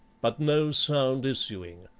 but no sound issuing.